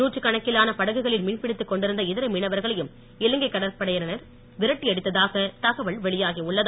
நூற்றுக்கணக்கிலான படகுகளில் மீன்பிடித்துக் கொண்டிருந்த இதர மீனவர்களையும் இலங்கைக் கடற்கடையினர் விரட்டியடித்ததாக தகவல் வெளியாகி உள்ளது